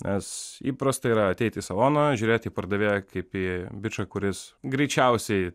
nes įprasta yra ateiti į saloną žiūrėti į pardavėją kiap į bičą kuris greičiausiai